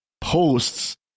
posts